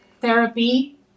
therapy